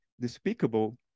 despicable